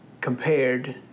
compared